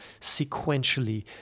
sequentially